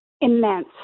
immense